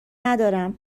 ندارم